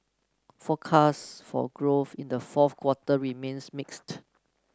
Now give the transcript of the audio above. forecasts for growth in the fourth quarter remains mixed